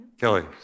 Kelly